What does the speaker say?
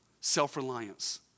self-reliance